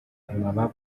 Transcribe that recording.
amababa